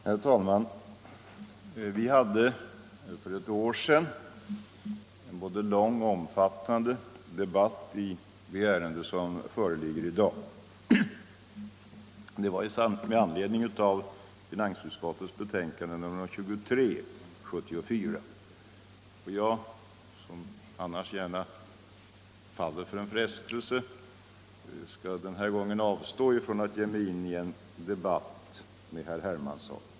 Herr talman! Vi hade för ett år sedan en både lång och omfattande debatt i det ärende som föreligger i dag. Det var med anledning av finansutskottets betänkande nr 23 år 1974. Jag, som annars gärna faller för en frestelse, skall den här gången avstå från att ge mig in i en debatt med herr Hermansson.